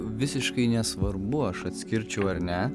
visiškai nesvarbu aš atskirčiau ar ne